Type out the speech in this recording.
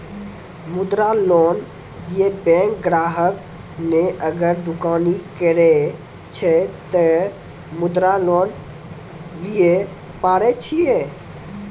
मुद्रा लोन ये बैंक ग्राहक ने अगर दुकानी करे छै ते मुद्रा लोन लिए पारे छेयै?